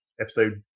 Episode